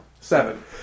seven